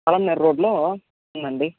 పలమనేర్ రోడ్డ్లో ఉందండి